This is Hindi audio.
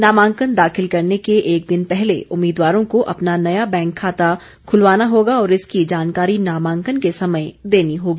नामांकन दाखिल करने के एक दिन पहले उम्मीदवारों को अपना नया बैंक खाता खुलवाना होगा और इसकी जानकारी नामांकन के समय देनी होगी